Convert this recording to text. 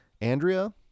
Andrea